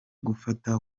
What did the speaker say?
gufata